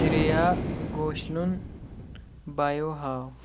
شریا گھوشلُن بائیو ہاو